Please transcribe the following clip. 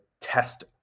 test